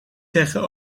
zeggen